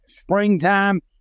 springtime